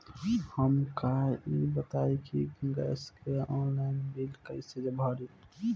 हमका ई बताई कि गैस के ऑनलाइन बिल कइसे भरी?